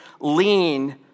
lean